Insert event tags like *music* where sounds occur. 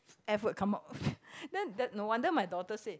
F word come out *breath* then no wonder my daughter say